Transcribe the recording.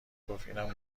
گفت، اینم